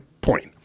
point